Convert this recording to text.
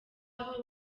aho